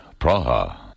Praha